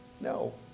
No